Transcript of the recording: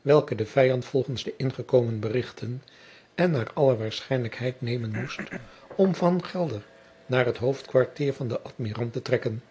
welke de vijand volgens de ingekomen berichten en naar alle waarschijnlijkheid nemen moest om van gelder naar het hoofdkwartier van den admirant te trekken